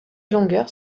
longueurs